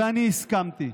ואני הסכמתי.